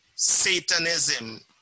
Satanism